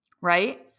right